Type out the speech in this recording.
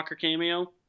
cameo